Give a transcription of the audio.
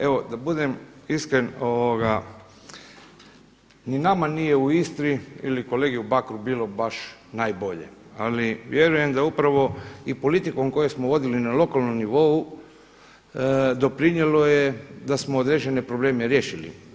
Evo da budem iskren, ni nama nije u Istri ili kolegi u Bakru bilo baš najbolje ali vjerujem da upravo i politikom koju smo vodili na lokalnom nivou doprinijelo je da smo određene probleme riješili.